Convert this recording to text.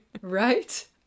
right